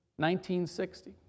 1960